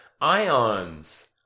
ions